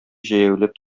җәяүләп